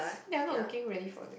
so they are not looking really for that